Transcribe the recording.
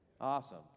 Awesome